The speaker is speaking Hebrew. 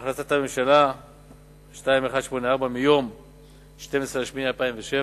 החלטת הממשלה מס' 2184 מיום 12 באוגוסט 2007,